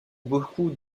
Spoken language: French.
beaucoup